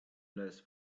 less